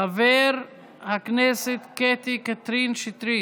חברת הכנסת קטי קטרין שטרית,